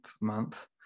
month